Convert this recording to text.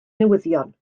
newyddion